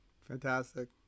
Fantastic